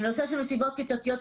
נושא של מסיבות כיתתיות,